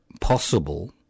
possible